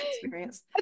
experience